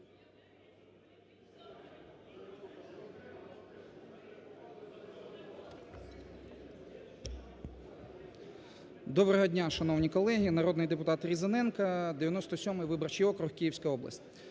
Доброго дня, шановні колеги! Народний депутат Різаненко, 97 виборчий округ, Київська область.